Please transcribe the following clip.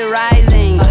rising